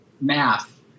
math